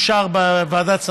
כבוד סגן